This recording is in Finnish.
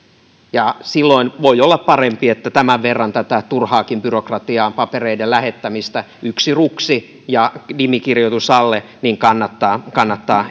silloin voi olla parempi että tämän verran tätä turhaakin byrokratiaa papereiden lähettämistä yksi ruksi ja nimikirjoitus alle kannattaa kannattaa